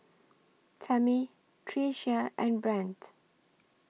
Tammi Tricia and Brandt